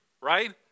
Right